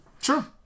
Sure